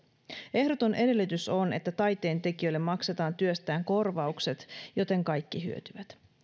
ehdoton edellytys on että taiteentekijöille maksetaan työstään korvaukset joten kaikki hyötyvät